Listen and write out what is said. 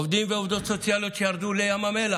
עובדים ועובדות סוציאליות ירדו לים המלח,